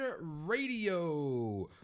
Radio